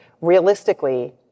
Realistically